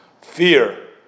fear